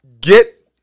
get